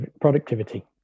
productivity